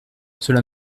cela